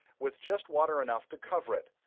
with just water enough to cover it,